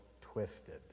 twisted